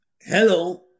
Hello